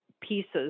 pieces